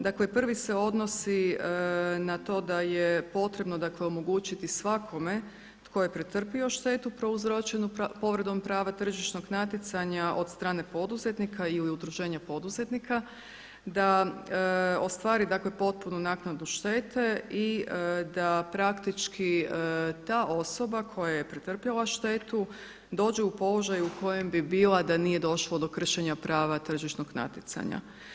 Dakle, prvi se odnosi na to da je potrebno, dakle omogućiti svakome tko je pretrpio štetu prouzročenu povredom prava tržišnog natjecanja od strane poduzetnika ili udruženja poduzetnika, da ostvari, dakle potpunu naknadu štete i da praktički ta osoba koja je pretrpjela štetu dođe u položaj u kojem bi bila da nije došlo do kršenja prava tržišnog natjecanja.